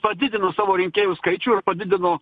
padidino savo rinkėjų skaičių ir padidino